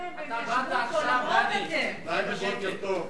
לפניכם והם ישבו פה.